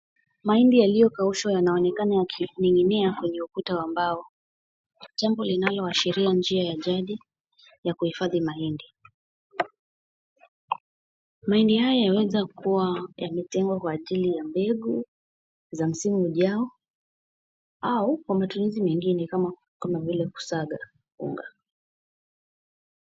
Mahindi yaliyokaushwa yanaonekana yakining'inia kwenye ukuta wa mbao. Jambo linalowashiria njia ya jadi ya kuhifadhi mahindi. Mahindi haya yaweza kuwa yametengwa kwa ajili ya mbegu, za msimu ujao, au kwa matumizi mengine kama vile kusaga unga.